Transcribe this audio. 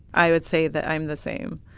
i would say that i'm the same.